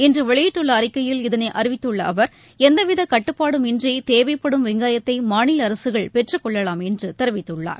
இன்று வெளியிட்டுள்ள அறிக்கையில் இதனை தெரிவித்துள்ள அவர் எவ்வித கட்டுப்பாடும் இன்றி தேவைப்படும் வெங்காயத்தை மாநில அரசுகள் பெற்றுக்கொள்ளலாம் என்று தெரிவித்துள்ளார்